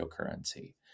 cryptocurrency